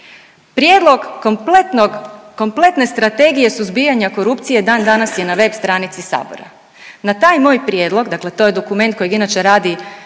Prijedlog kompletne Strategije suzbijanja korupcije dan danas je na web stranici Sabora, na taj moj prijedlog, dakle to je dokument kojeg inače radi